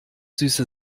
süße